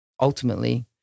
ultimately